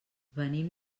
venim